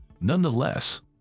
Nonetheless